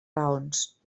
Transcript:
raons